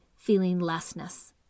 feelinglessness